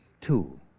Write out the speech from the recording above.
Two